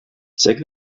check